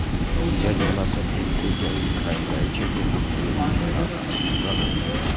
जड़ि बला सब्जी के जड़ि खाएल जाइ छै, जेना मूली या मुरइ